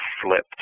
flipped